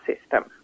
system